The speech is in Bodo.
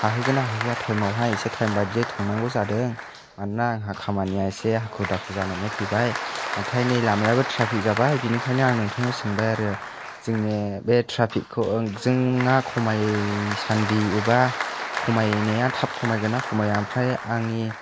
हाहैगोनना हाहैया थाइमावहाय एसे थाइम बादियै थांनांगौ जादों मानोना आंहा खामानिया एसे हाखु दाखु जानानै फैबाय नाथाय नै लामायाबो ट्राफिक जाबाय बेनिखायनो आं नोंथांनाव सोंबाय आरो जोंनि बे ट्रफिकखौ जोङो खमाय सानदि एबा खमायनाया थाब खमायगोनना खमाया ओमफ्राय आंनि